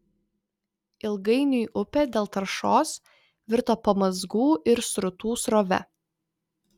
ilgainiui upė dėl taršos virto pamazgų ir srutų srove